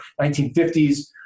1950s